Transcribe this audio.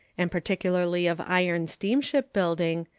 and particularly of iron steamship building,